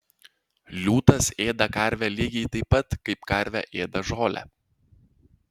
liūtas ėda karvę lygiai taip pat kaip karvė ėda žolę